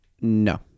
No